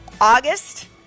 August